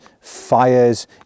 fires